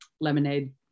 Lemonade